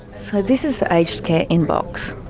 so this is the aged care inbox.